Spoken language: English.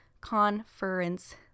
Conference